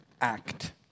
act